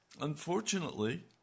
Unfortunately